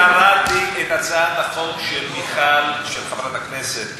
כאשר קראתי את הצעת החוק של חברת הכנסת